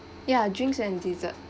ya drinks and dessert